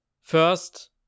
first